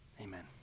Amen